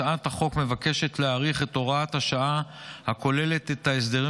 הצעת החוק מבקשת להאריך את הוראת השעה הכוללת את ההסדרים